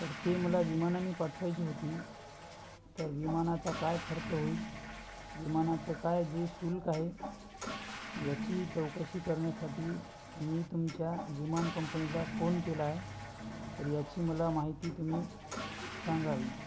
तर ते मला विमानानी पाठवायची होती तर विमानाचा काय खर्च होईल विमानाचं काय जे शुल्क आहे याची चौकशी करण्यासाठी मी तुमच्या विमान कंपनीला फोन केला आहे तर याची मला माहिती तुम्ही सांगावी